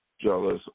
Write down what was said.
jealous